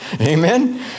Amen